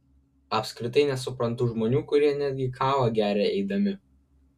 apskritai nesuprantu žmonių kurie netgi kavą geria eidami